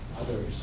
others